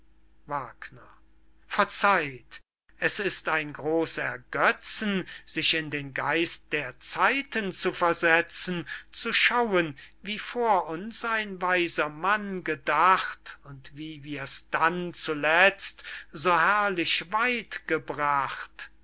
quillt verzeiht es ist ein groß ergetzen sich in den geist der zeiten zu versetzen zu schauen wie vor uns ein weiser mann gedacht und wie wir's dann zuletzt so herrlich weit gebracht